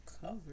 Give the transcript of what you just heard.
Cover